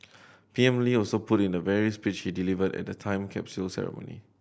P M Lee also put in the very speech he delivered at the time capsule ceremony